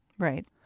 Right